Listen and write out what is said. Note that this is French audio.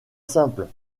simple